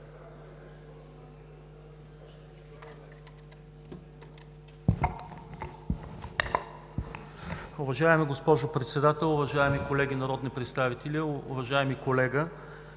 Уважаема госпожо Председател, уважаеми народни представители, уважаеми колега